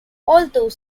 although